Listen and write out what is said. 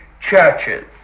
Churches